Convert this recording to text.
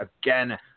Again